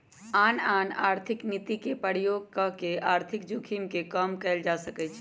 आन आन आर्थिक नीति के प्रयोग कऽ के आर्थिक जोखिम के कम कयल जा सकइ छइ